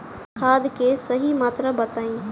खाद के सही मात्रा बताई?